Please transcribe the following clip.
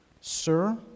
Sir